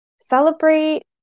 Celebrate